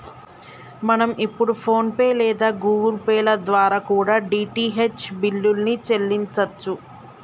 మనం ఇప్పుడు PhonePe లేదా గుగుల్ పే ల ద్వారా కూడా డీ.టీ.హెచ్ బిల్లుల్ని చెల్లించచ్చు